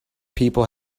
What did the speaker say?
people